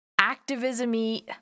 activism-y